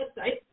website